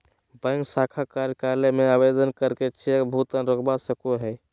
bank शाखा कार्यालय में आवेदन करके चेक भुगतान रोकवा सको हय